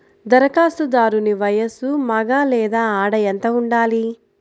ధరఖాస్తుదారుని వయస్సు మగ లేదా ఆడ ఎంత ఉండాలి?